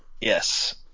Yes